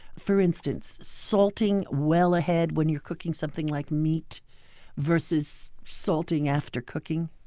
for instance, salting well ahead when you're cooking something like meat versus salting after cooking?